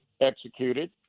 executed